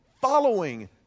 following